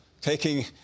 taking –